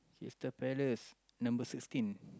Crystal-Palace number sixteen